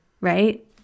Right